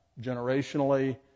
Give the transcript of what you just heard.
generationally